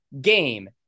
game